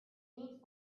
means